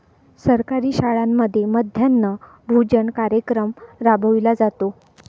सरकारी शाळांमध्ये मध्यान्ह भोजन कार्यक्रम राबविला जातो